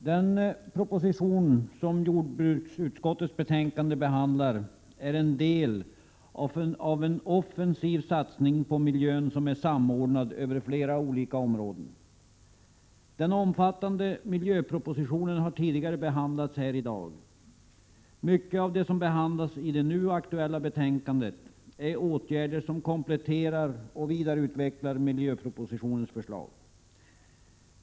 Herr talman! Den proposition som jordbruksutskottets betänkande behandlar är en del av en offensiv satsning på miljön, samordnad över flera olika områden. Den omfattande miljöpropositionen har tidigare behandlats här i dag. Mycket av det som behandlas i det nu aktuella betänkandet är åtgärder som kompletterar och vidareutvecklar miljöpropositionens förslag.